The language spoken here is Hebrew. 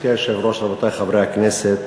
גברתי היושבת-ראש, רבותי חברי הכנסת,